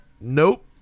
nope